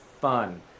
fun